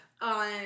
on